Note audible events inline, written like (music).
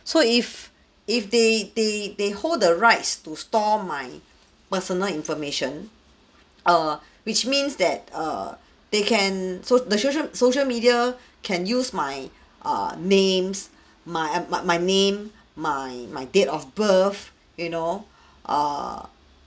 so if if they they they hold the rights to store my personal information err which means that err they can so the social social media can use my uh names my my my name my my date of birth you know (breath) err